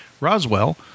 Roswell